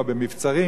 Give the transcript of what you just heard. או במבצרים,